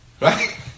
Right